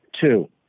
Two